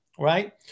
Right